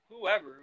whoever